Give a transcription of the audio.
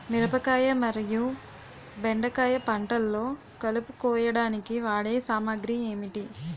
మిరపకాయ మరియు బెండకాయ పంటలో కలుపు కోయడానికి వాడే సామాగ్రి ఏమిటి?